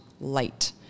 light